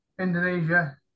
Indonesia